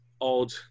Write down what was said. Odd